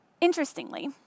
interestingly